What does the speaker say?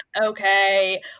Okay